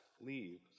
leave